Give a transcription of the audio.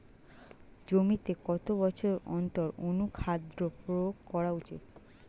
জমিতে কত বছর অন্তর অনুখাদ্য প্রয়োগ করা উচিৎ?